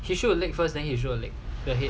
he shoot the leg first then he shoot the leg the head